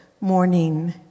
morning